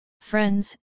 Friends